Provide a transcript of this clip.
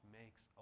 makes